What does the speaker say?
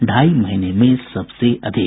ढाई महीने में सबसे अधिक